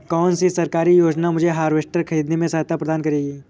कौन सी सरकारी योजना मुझे हार्वेस्टर ख़रीदने में सहायता प्रदान करेगी?